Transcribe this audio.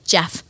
Jeff